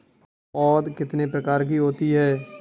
पौध कितने प्रकार की होती हैं?